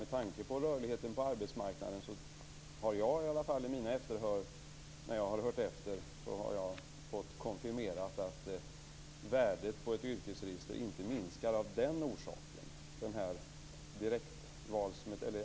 Med tanke på rörligheten på arbetsmarknaden har i alla fall jag när jag har hört efter fått konfirmerat att värdet av ett yrkesregister inte minskar av den orsaken.